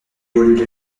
évoluer